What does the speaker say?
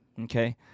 Okay